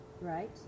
Right